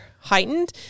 heightened